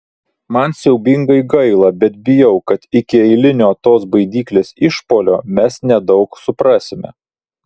man siaubingai gaila bet bijau kad iki eilinio tos baidyklės išpuolio mes nedaug suprasime